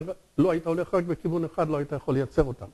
לא, היית הולך רק בכיוון אחד, לא היית יכול לייצר אותה.